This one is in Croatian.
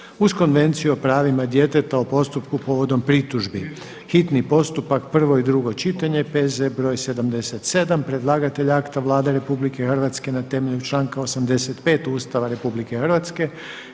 uz Konvenciju o pravima djeteta o postupku povodom pritužbi, hitni postupak, prvo i drugo čitanje, P.Z. broj 77. Predlagatelj akta Vlada RH na temelju članka 85. Ustava RH i članaka